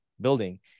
building